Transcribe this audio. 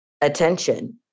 attention